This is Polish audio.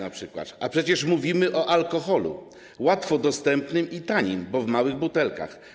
A przecież mówimy o alkoholu łatwo dostępnym i tanim, bo w małych butelkach.